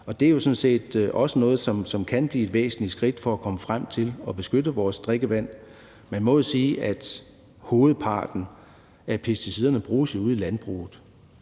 og det er jo sådan set også noget, som kan blive et væsentligt skridt for at komme frem til at beskytte vores drikkevand. Man må jo sige, at hovedparten af pesticiderne bruges ude i landbruget.